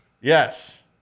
yes